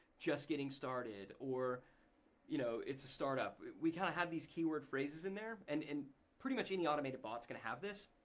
just getting started or you know it's a startup, we kinda have these key word phrases in there and pretty much any automated bot's gonna have this.